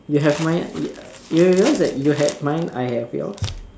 you have mine ya you realize you had mine I have yours